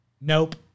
Nope